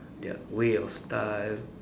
their way of style